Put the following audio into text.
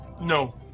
No